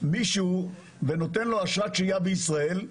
מישהו ונותן לו אשרת שהייה בישראל,